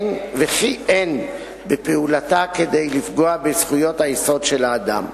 וכי אין בפעולתה כדי לפגוע בזכויות היסוד של האדם.